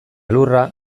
lurra